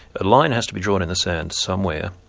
a line has to be drawn in the sand somewhere,